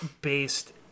based